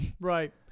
right